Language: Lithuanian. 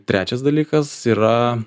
trečias dalykas yra